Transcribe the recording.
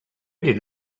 did